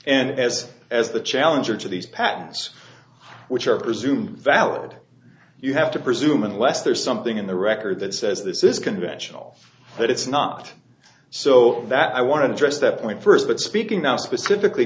and as as the challenger to these patents which i presume valid you have to presume unless there's something in the record that says this is conventional that it's not so that i want to address that point first but speaking now specifically